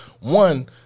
one